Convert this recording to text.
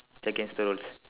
it's against the rules